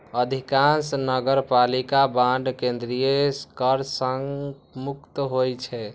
अधिकांश नगरपालिका बांड केंद्रीय कर सं मुक्त होइ छै